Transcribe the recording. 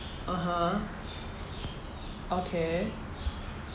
(uh huh) okay